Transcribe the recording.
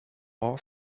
all